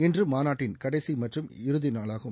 இன்று மாநாட்டின் கடைசி மற்றும் இறுதிநாளாகும்